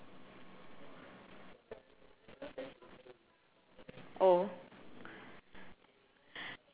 oh